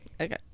okay